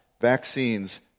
vaccines